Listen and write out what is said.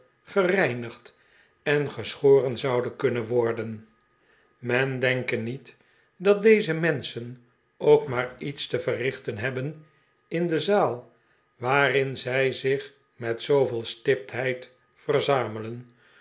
gereinigd en geschoren zouden kunrien worden men denke niet dat deze menschen ook maar iets te verrichten hebben in de zaal waarm zij zich met zooveel stiptheid verzamelen